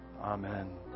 Amen